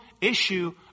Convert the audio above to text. issue